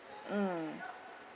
mm